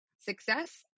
success